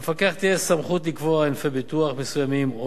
למפקח תהיה סמכות לקבוע ענפי ביטוח מסוימים או